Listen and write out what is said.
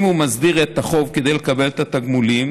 אם הוא מסדיר את החוב כדי לקבל את התגמולים,